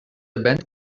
event